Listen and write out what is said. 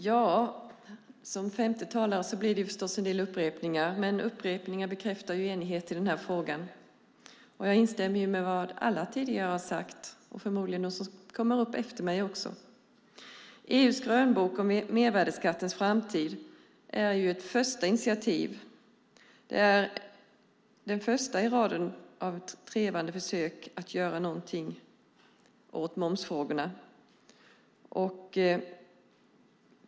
Fru talman! Det blir förstås en del upprepningar när man är den femte talaren. Men upprepningar bekräftar enighet i denna fråga. Jag instämmer i vad alla tidigare talare har sagt och förmodligen också i vad de talare som kommer efter mig säger. EU:s grönbok om mervärdesskattens framtid är ett första initiativ. Det är det första i raden av trevande försök att göra någonting åt momsfrågorna.